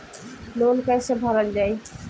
Loan कैसे भरल जाइ?